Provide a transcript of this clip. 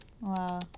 Wow